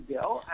Bill